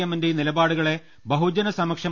M ന്റെയും നിലപാടുകളെ ബഹുജനസമക്ഷം